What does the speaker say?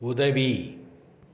உதவி